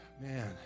man